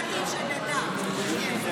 אתם הולכים להגיש תלונות לאתיקה, תראו.